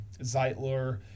zeitler